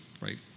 right